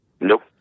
Nope